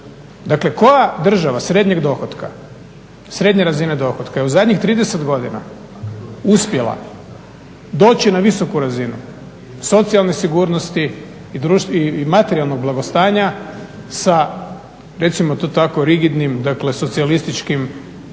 Dakle, koja država srednje razine dohotka je u zadnjih 30 godina uspjela doći na visoku razinu socijalne sigurnosti i materijalnog blagostanja sa recimo to tako rigidnim, dakle, socijalističkim,